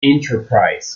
enterprise